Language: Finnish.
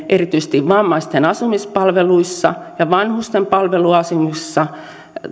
erityisesti vammaisten asumispalveluissa ja vanhusten palveluasumisessa